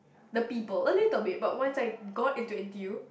the people a little bit but once I got into N_T_U